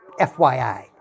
FYI